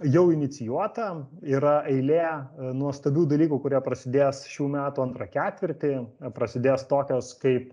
jau inicijuota yra eilė nuostabių dalykų kurie prasidės šių metų antrą ketvirtį prasidės tokios kaip